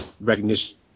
recognition